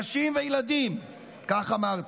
נשים וילדים", כך אמרתי.